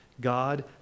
God